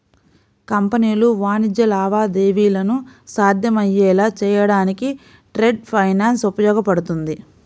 కంపెనీలు వాణిజ్య లావాదేవీలను సాధ్యమయ్యేలా చేయడానికి ట్రేడ్ ఫైనాన్స్ ఉపయోగపడుతుంది